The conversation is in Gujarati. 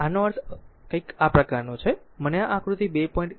આનો અર્થ કંઈક આ પ્રકારનો છે મને આ આકૃતિ 2